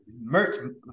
merch